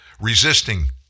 Resisting